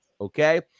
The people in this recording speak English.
Okay